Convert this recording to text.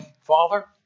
Father